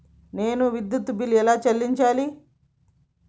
నేను విద్యుత్ బిల్లు ఎలా చెల్లించాలి?